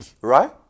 right